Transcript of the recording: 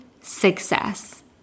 success